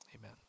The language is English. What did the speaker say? Amen